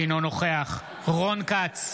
אינו נוכח רון כץ,